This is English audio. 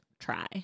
Try